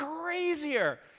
crazier